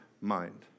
mind